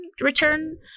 return